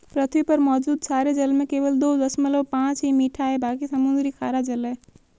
पृथ्वी पर मौजूद सारे जल में केवल दो दशमलव पांच ही मीठा है बाकी समुद्री खारा जल है